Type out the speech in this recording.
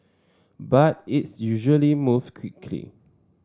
but its usually move quickly